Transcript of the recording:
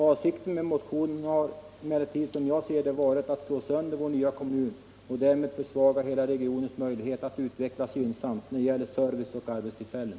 Avsikten med motionen har, som jag ser det, varit att slå sönder vår nya kommun och därmed försvaga hela regionens möjligheter att utvecklas gynnsamt när det gäller service och arbetstillfällen.